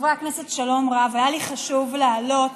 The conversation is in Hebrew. חברי הכנסת, שלום רב, היה לי חשוב לעלות